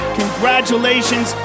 congratulations